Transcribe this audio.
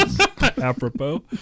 Apropos